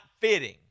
fitting